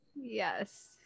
Yes